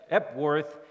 Epworth